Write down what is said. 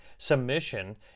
submission